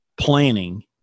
planning